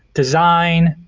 design,